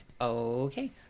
okay